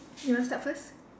you want start first